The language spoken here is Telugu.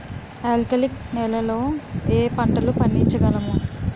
ఆల్కాలిక్ నెలలో ఏ పంటలు పండించగలము?